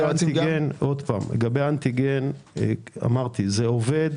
זה עובד